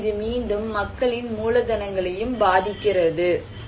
எனவே இது மீண்டும் மக்களின் மூலதனங்களையும் பாதிக்கிறது